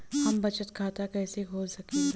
हम बचत खाता कईसे खोल सकिला?